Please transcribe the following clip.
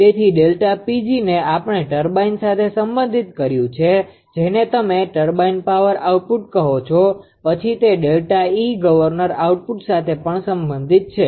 તેથી ΔPgને આપણે ટર્બાઇન સાથે સંબંધિત કર્યુ છે જેને તમે ટર્બાઈન પાવર આઉટપુટ કહો છો પછી તે ΔE ગવર્નર આઉટપુટ સાથે પણ સંબંધિત છે